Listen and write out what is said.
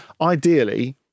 ideally